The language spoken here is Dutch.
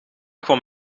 kwam